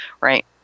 Right